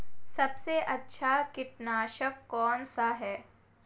सबसे अच्छा कीटनाशक कौनसा है?